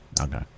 Okay